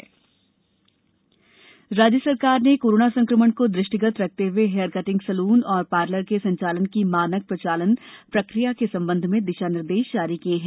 cutting salon राज्य सरकार ने कोरोना संक्रमण को दृष्टिगत रखते हये हेयर कटिंग सैलून एवं पार्लर के संचालन की मानक प्रचालन प्रक्रिया के संबंध में दिशा निर्देश जारी किये है